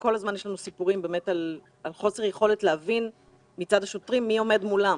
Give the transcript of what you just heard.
כל הזמן יש לנו סיפורים על חוסר יכולת של השוטרים להבין מי עומד מולם.